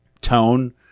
tone